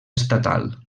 estatal